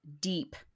deep